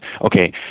Okay